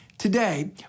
Today